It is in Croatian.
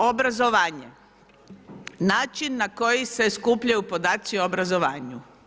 Obrazovanje, način na koji se skupljaju podaci o obrazovanju.